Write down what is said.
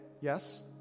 Yes